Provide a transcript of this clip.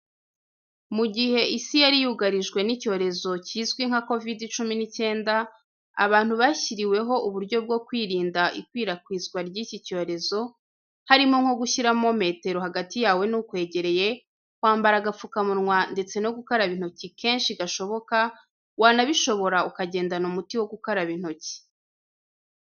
Mu gihe isi yari yugarijwe n'icyorezo kizwi nka Covid cumi n’icyenda, abantu bashyiriweho uburyo bwo kwirinda ikwirakwizwa ry’iki cyorezo, harimo nko gushyiramo metero hagati yawe n'ukwegereye, kwambara agapfukamunwa ndetse no gukaraba intoki kenshi gashoboka, wanabishobora ukagendana umuti wo gukaraba intoki.